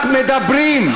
רק מדברים.